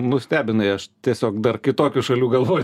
nustebinai aš tiesiog dar kitokių šalių galvoj